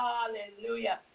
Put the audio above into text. Hallelujah